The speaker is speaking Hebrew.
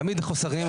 תמיד יש חוסרים.